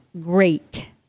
great